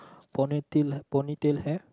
ponytail ponytail hair